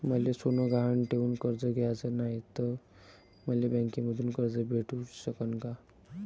मले सोनं गहान ठेवून कर्ज घ्याचं नाय, त मले बँकेमधून कर्ज भेटू शकन का?